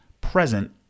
present